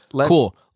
cool